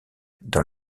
dans